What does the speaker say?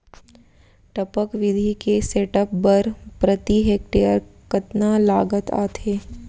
टपक विधि के सेटअप बर प्रति हेक्टेयर कतना लागत आथे?